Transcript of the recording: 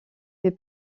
fait